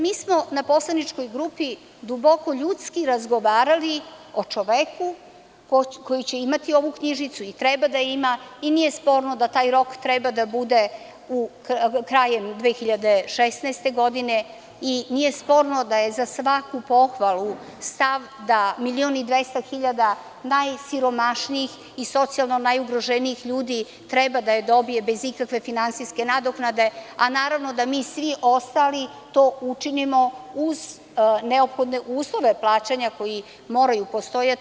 Mi smo na poslaničkoj grupi duboko ljudski razgovarali o čoveku koji će imati ovu knjižicu i treba da je ima i nije sporno da taj rok treba da bude krajem 2016. godine i nije sporno da je za svaku pohvalu stav da milion i 200 hiljada najsiromašnijih i socijalno najugroženijih ljudi treba da je dobije bez ikakve finansijske nadoknade, a naravno da mi svi ostali to učinimo uz neophodne uslove plaćanja koji moraju postojati.